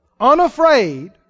unafraid